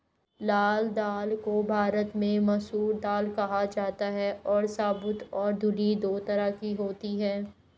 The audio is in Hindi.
लाल दाल को भारत में मसूर दाल कहा जाता है और साबूत और धुली दो तरह की होती है